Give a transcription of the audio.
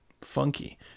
funky